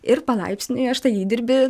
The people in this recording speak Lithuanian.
ir palaipsniui aš tą įdirbį